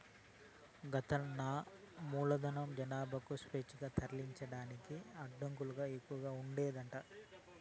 గతంల మూలధనం, జనాలకు స్వేచ్ఛగా తరలించేదానికి అడ్డంకులు ఎక్కవగా ఉండేదట